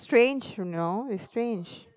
strange you know is strange